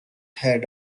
head